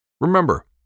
Remember